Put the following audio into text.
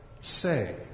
say